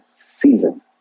season